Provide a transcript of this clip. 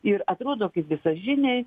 ir atrodo kaip visažiniai